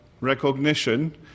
recognition